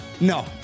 No